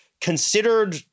considered